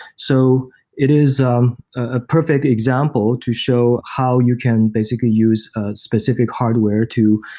so it is um a perfect example to show how you can basically use specific hardware to,